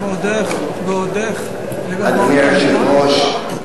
אדוני היושב-ראש,